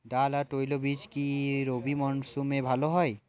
ডাল আর তৈলবীজ কি রবি মরশুমে ভালো হয়?